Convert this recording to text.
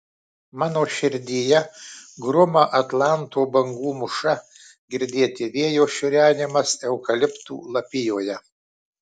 mano širdyje gruma atlanto bangų mūša girdėti vėjo šiurenimas eukaliptų lapijoje